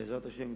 בעזרת השם,